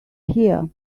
here